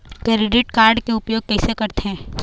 Credit card के उपयोग कैसे करथे?